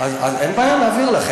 אין בעיה, נעביר לך.